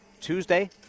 Tuesday